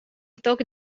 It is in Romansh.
toc